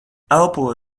elpo